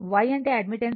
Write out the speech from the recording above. Y అంటే admittance